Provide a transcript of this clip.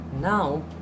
Now